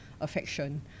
affection